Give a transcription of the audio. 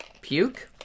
Puke